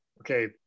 okay